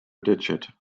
digit